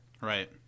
Right